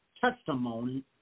testimony